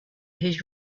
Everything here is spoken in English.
his